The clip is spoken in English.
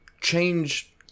change